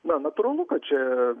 na natūralu kad čia